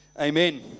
amen